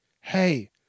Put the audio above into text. Hey